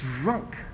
drunk